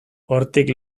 hortik